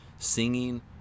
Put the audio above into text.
Singing